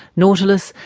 nautilus,